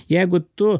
jeigu tu